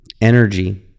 energy